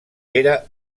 era